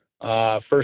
First